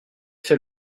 fait